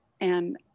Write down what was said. and-